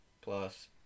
Plus